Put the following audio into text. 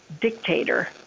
dictator